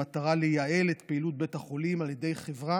המטרה היא ליעל את פעילות בית החולים על ידי חברה